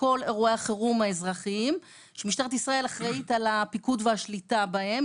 בכל אירועי החירום האזרחיים שמשטרת ישראל אחראית על הפיקוד והשליטה בהם.